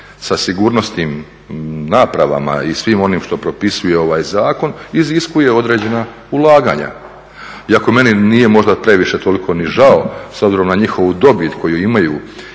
sa sigurnosnim napravama i svim onim što propisuje ovaj zakon iziskuje određena ulaganja, iako meni nije možda previše toliko ni žao s obzirom na njihovu dobit koju imaju